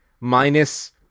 minus